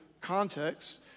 context